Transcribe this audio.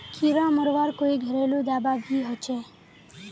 कीड़ा मरवार कोई घरेलू दाबा भी होचए?